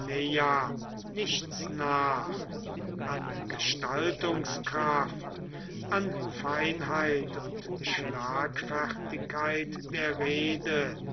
nichts nach an gestaltungskraft an feinheit und schlagfertigkeit der rede